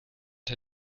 der